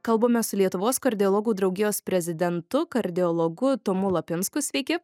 kalbamės su lietuvos kardiologų draugijos prezidentu kardiologu tomu lapinsku sveiki